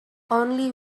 only